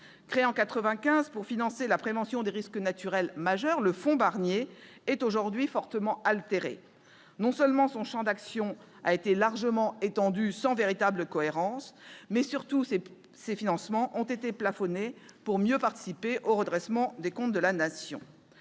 travaux. Le Fonds de prévention des risques naturels majeurs, dit « fonds Barnier », créé en 1995, est aujourd'hui fortement altéré. Non seulement son champ d'action a été largement étendu sans véritable cohérence, mais surtout ses financements ont été plafonnés pour participer au redressement des comptes de la Nation.